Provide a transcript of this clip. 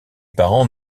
parents